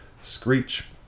Screech